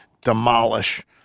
demolish